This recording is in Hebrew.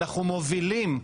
אנחנו מובילים.